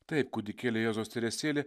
taip kūdikėlio jėzaus teresėlė